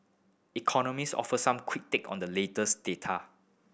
economist offer some quick take on the latest data